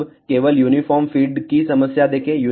अब केवल uniform feed की समस्या को देखें